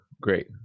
great